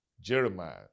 Jeremiah